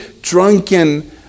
drunken